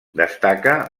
destaca